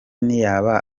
ntiyaba